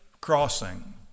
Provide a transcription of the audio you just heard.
crossing